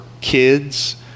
kids